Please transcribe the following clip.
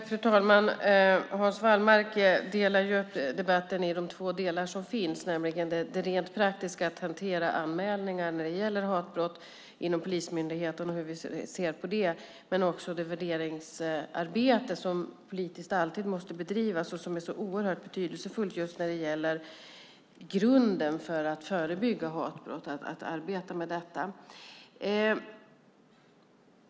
Fru talman! Hans Wallmark delar upp debatten i de två delar som finns, nämligen det rent praktiska att inom polismyndigheten hantera anmälningar när det gäller hatbrott och hur vi ser på det men också det värderingsarbete som alltid måste bedrivas inom politiken och som är så oerhört betydelsefullt just när det gäller grunden för att förebygga hatbrott.